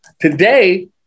Today